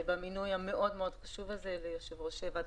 מאוד מאוד חשוב,